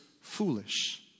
foolish